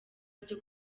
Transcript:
ryo